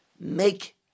make